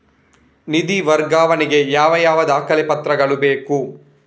ನಿಧಿ ವರ್ಗಾವಣೆ ಗೆ ಯಾವ ಯಾವ ದಾಖಲೆ ಪತ್ರಗಳು ಬೇಕು?